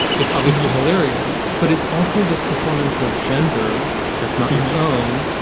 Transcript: it's obviously hilarious, but it's also this performance of gender that's not your phone.